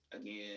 Again